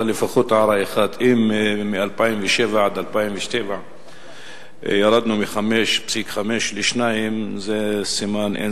אבל לפחות הערה אחת: אם מ-2007 ירדנו מ-5.5 ל-2 זה סימן טוב,